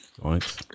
Right